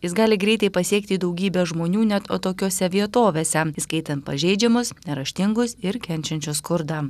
jis gali greitai pasiekti daugybę žmonių net atokiose vietovėse įskaitant pažeidžiamus neraštingus ir kenčiančius skurdą